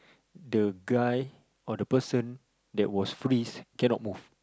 the guy or the person that was freeze cannot move